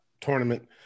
tournament